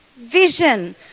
vision